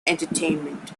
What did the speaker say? entertainment